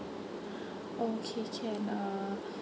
okay can uh